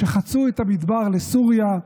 שחצו את המדבר לסוריה,